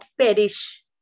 perish